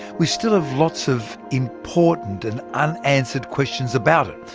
we still have lots of important, and unanswered questions about it.